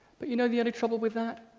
but you know the only trouble with that?